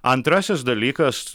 antrasis dalykas